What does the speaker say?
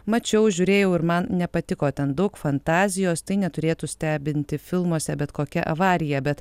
mačiau žiūrėjau ir man nepatiko ten daug fantazijos tai neturėtų stebinti filmuose bet kokia avarija bet